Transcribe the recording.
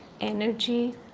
energy